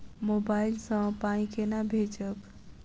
Mobile सँ पाई केना भेजब?